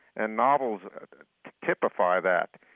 and novels typify that.